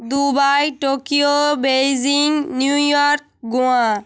Dubai Tokyo Beijing New York Goa